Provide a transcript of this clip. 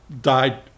died